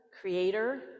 creator